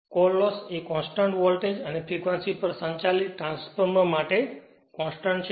core loss એ constant voltage અને frequency પર સંચાલિત ટ્રાન્સફોર્મર માટે કોંસ્ટંટ છે